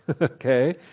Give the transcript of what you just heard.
okay